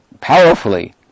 powerfully